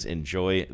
Enjoy